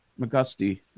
McGusty